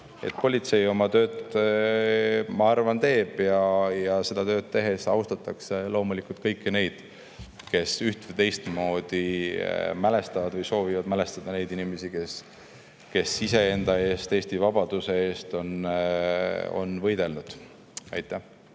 Politsei oma tööd, ma arvan, teeb. Seda tööd tehes austatakse loomulikult kõiki neid, kes üht‑ või teistmoodi mälestavad või soovivad mälestada neid inimesi, kes iseenda eest ja Eesti vabaduse eest on võidelnud. Heljo